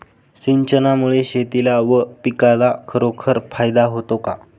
सिंचनामुळे शेतीला व पिकाला खरोखर फायदा होतो का?